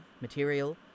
material